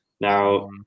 Now